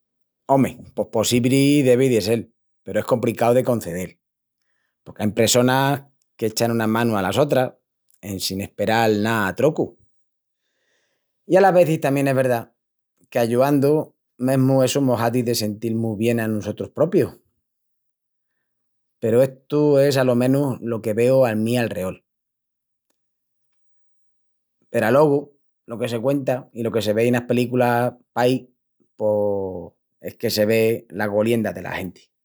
Ome, pos possibri devi de sel, peru es compricau de concedel. Porque ain pressonas que echan una manu alas otras, en sin asperal ná a trocu. I alas vezis tamién es verdá que ayuandu mesmu essu mos hazi de sentil-mus bien a nusotrus propius. Peru estu es alo menus lo que veu al mi alreol. Peru alogu lo que se cuenta i lo que se vei enas películas paí pos es que se ve la golienda dela genti...